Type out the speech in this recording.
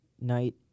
night